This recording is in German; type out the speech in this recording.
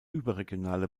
überregionale